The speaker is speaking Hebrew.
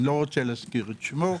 לא אזכיר את שמו.